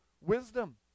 wisdom